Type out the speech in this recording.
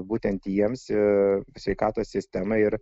būtent jiems ir sveikatos sistema ir